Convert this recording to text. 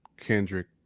Kendrick